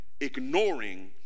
ignoring